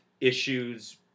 issues